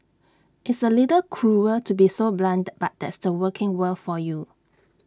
it's A little cruel to be so blunt but that's the working world for you